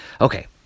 Okay